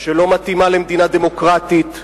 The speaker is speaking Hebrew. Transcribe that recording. שלא מתאימה למדינה דמוקרטית,